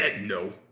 No